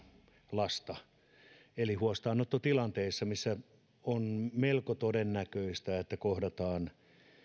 lasta huostaanottotilanteissa missä on melko todennäköistä että kohdataan